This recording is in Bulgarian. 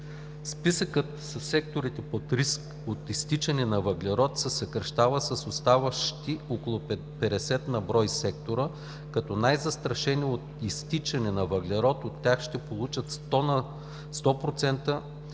Списъкът със секторите под риск от изтичане на въглерод се съкращава – с оставащи около 50 на брой сектора, като най застрашените от изтичане на въглерод от тях ще получат 100